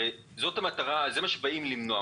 הרי זה מה שבאים למנוע,